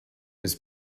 was